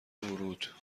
ورود